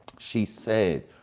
she said,